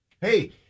Hey